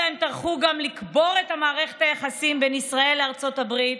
טרחו גם לקבור את מערכת היחסים בין ישראל לארצות הברית,